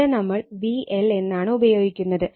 ഇവിടെ നമ്മൾ VL എന്നാണ് ഉപയോഗിക്കുന്നത്